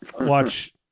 watch